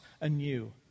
anew